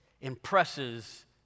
impresses